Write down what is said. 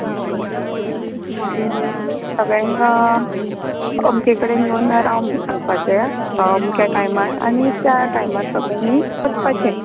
हय सगळ्यांक अमके कडेन येवन राव म्हणून सांगपाचें अमक्या टायमार आनी त्या टायमार सगळ्यांनी वचपाचें